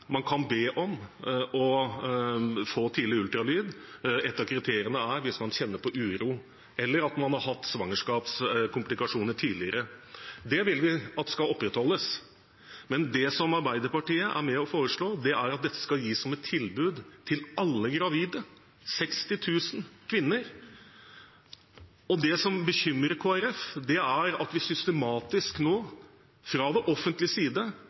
man kan be om å få tidlig ultralyd. Et av kriteriene er at man kjenner på uro, eller at man har hatt svangerskapskomplikasjoner tidligere. Dette vil vi at skal opprettholdes. Men det Arbeiderpartiet er med på å foreslå, er at dette skal gis som et tilbud til alle gravide – 60 000 kvinner. Det som bekymrer Kristelig Folkeparti, er at vi nå systematisk – fra det offentliges side,